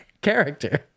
character